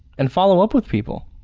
and follow up with people.